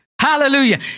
Hallelujah